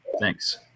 thanks